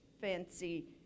fancy